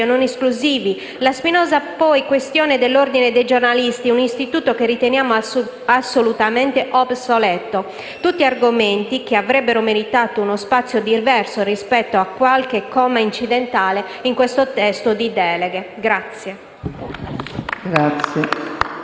e non esclusivi, la spinosa questione dell'Ordine dei giornalisti, un istituto che riteniamo assolutamente obsoleto: tutti argomenti che avrebbero meritato uno spazio diverso rispetto a qualche comma incidentale in questo testo di deleghe. *(Applausi